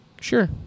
sure